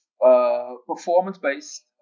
performance-based